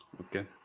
Okay